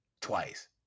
twice